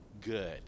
good